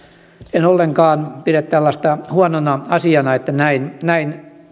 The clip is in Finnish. en ollenkaan pidä tällaista huonona asiana että näin näin